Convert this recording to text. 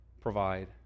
provide